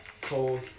cold